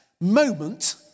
moment